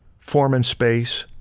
form and space,